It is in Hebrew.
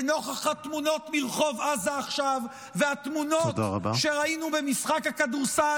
לנוכח התמונות מרחוב עזה עכשיו והתמונות שראינו במשחק הכדורסל,